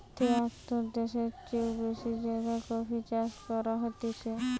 তেয়াত্তর দ্যাশের চেও বেশি জাগায় কফি চাষ করা হতিছে